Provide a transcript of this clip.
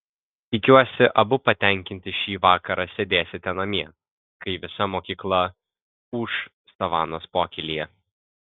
tikiuosi abu patenkinti šį vakarą sėdėsite namie kai visa mokykla ūš savanos pokylyje